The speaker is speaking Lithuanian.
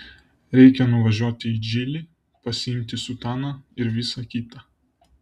reikia nuvažiuoti į džilį pasiimti sutaną ir visa kita